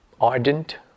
ardent